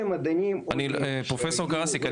פרופסור קארסיק,